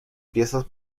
piezas